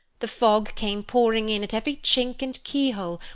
the fog came pouring in at every chink and keyhole,